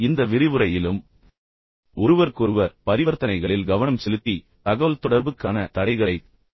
மேலும் இந்த விரிவுரையிலும் நான் ஒருவருக்கொருவர் பரிவர்த்தனைகளில் கவனம் செலுத்தி தகவல்தொடர்புக்கான தடைகளைத் தொடரப் போகிறேன்